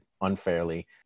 unfairly